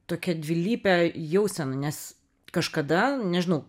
tokia dvilype jausena nes kažkada nežinau